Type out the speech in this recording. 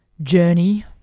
journey